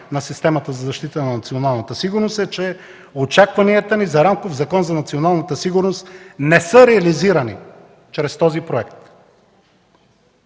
на системата за защита на националната сигурност, е, че очакванията ни за рамков закон за националната сигурност не са реализирани чрез този проект.